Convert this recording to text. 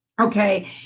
Okay